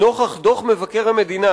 נוכח דוח מבקר המדינה